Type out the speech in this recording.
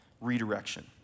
redirection